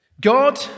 God